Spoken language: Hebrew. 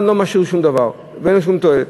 לא משאיר שום דבר ואין לו שום תועלת.